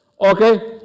Okay